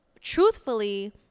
truthfully